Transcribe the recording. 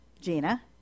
Gina